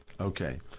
Okay